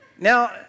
now